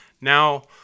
now